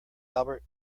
albert